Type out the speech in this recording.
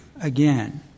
again